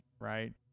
right